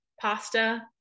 pasta